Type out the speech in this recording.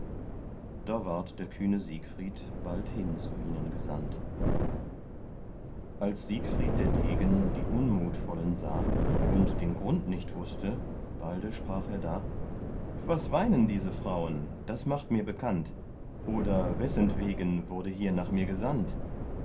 da ward der kühne siegfried bald hin zu ihnen gesandt als siegfried der degen die unmutvollen sah und den grund nicht wußte balde sprach er da was weinen diese frauen das macht mir bekannt oder wessentwegen wurde hier nach mir gesandt